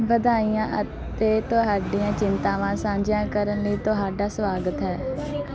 ਵਧਾਈਆਂ ਅਤੇ ਤੁਹਾਡੀਆਂ ਚਿੰਤਾਵਾਂ ਸਾਂਝੀਆਂ ਕਰਨ ਲਈ ਤੁਹਾਡਾ ਸੁਆਗਤ ਹੈ